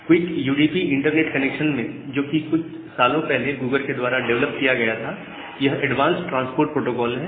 quick UDP internet connection जो कि कुछ सालों पहले गूगल के द्वारा डिवेलप किया गया था यह एडवांस ट्रांसपोर्ट प्रोटोकॉल है